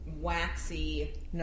waxy